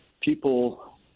People